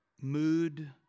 mood